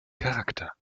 charakter